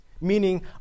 meaning